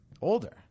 older